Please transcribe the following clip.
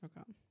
Okay